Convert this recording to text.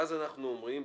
ואז אנחנו אומרים,